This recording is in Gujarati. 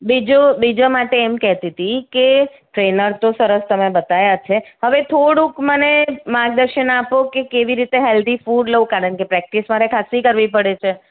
બીજું બીજા માટે એમ કહેતી હતી કે ટ્રેઈનર તો સરસ તમે બતાવ્યા છે હવે થોડુંક મને માર્ગદર્શન આપો કે કેવી રીતે હેલ્ધી ફૂડ લઉં કારણકે પ્રેક્ટીસ મારે ખાસ્સી કરવી પડે છે